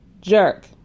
jerk